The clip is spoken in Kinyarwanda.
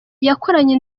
yakoranye